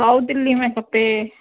south Delhi में खपे